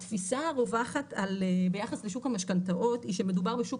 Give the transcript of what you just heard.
התפיסה הרווחת ביחס לשוק המשכנתאות היא שמדובר בשוק